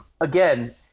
again